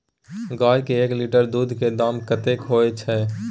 गाय के एक लीटर दूध के दाम कतेक होय छै?